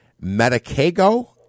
MediCago